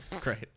great